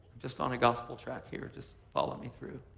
just on a gospel track here. just follow me through.